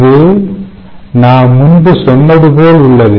இது நாம் முன்பே சொன்னது போல் உள்ளது